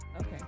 Okay